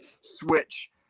switch